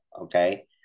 okay